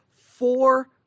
four